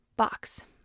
box